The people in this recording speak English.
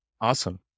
Awesome